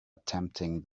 attempting